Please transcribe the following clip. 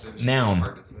Noun